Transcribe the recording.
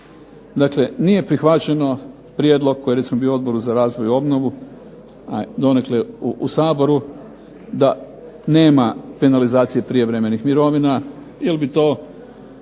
Nije prihvaćen prijedlog koji je bio na saborskom Odboru za razvoj i obnovu donekle u Saboru, da nema penalizacije prijevremenih mirovina jer bi to